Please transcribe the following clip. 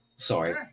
Sorry